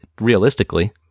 Realistically